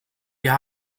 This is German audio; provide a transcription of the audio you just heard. wir